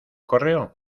correo